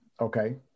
Okay